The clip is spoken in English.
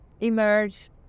emerge